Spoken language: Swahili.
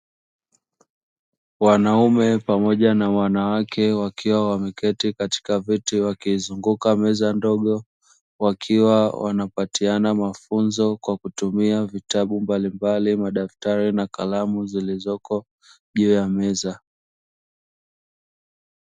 Wanaume pamoja na wanawake wakiwa wameketi katika viti vyake izunguka meza ndogo wakiwa wanapatiana mafunzo kwa kutumia vitabu mbalimbali madaktari na kalamu zilizoko juu ya meza.